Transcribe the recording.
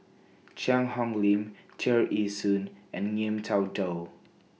Cheang Hong Lim Tear Ee Soon and Ngiam Tong Dow